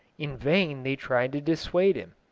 in vain they tried to dissuade him.